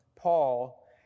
Paul